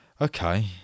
Okay